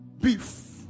beef